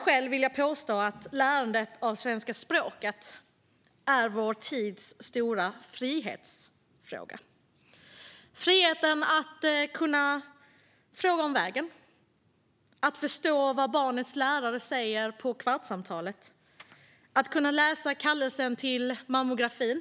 Själv vill jag påstå att lärandet av svenska språket är vår tids stora frihetsfråga. Det handlar om friheten att kunna fråga om vägen, att förstå vad barnets lärare säger på kvartssamtalet och att kunna läsa kallelsen till mammografin.